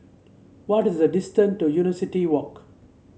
what is the distance to University Walk